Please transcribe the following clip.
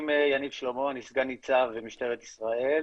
שלמה, אני סגן ניצב במשטרת ישראל,